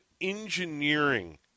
engineering